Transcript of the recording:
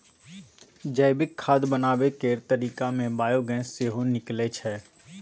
जैविक खाद बनाबै केर तरीका मे बायोगैस सेहो निकलै छै